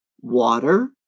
water